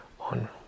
on